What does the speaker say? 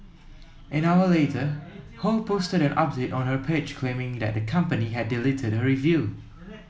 an hour later Ho posted an update on her page claiming that the company had deleted her review